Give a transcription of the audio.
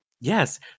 yes